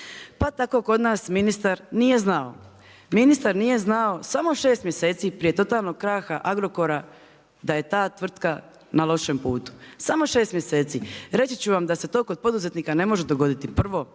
Pa tako kod nas ministar nije znao, ministar nije znao samo šest mjeseci prije totalnog kraha Agrokora da je ta tvrtka na lošem putu, samo šest mjeseci. Reći ću vam da se to kod poduzetnika ne može dogoditi. Prvo,